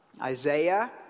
Isaiah